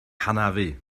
hanafu